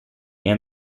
and